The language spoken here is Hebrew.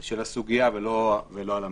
של הסוגיה ולא על המרכז.